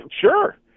Sure